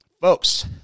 folks